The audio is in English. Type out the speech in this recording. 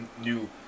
new